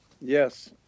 Yes